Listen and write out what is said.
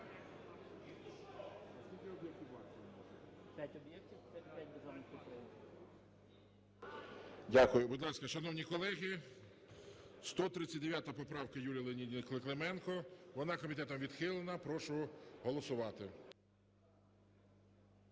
Дякую. Будь ласка, шановні колеги, 139 поправка Юлії Леонідівни Клименко. Вона комітетом відхилена. Прошу голосувати.